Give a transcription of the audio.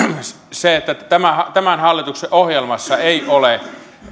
tämän hallituksen ohjelmassa ei ole